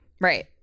right